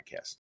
podcast